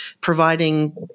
providing